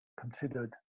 considered